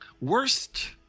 Worst